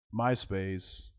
MySpace